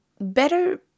better